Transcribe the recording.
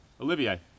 Olivier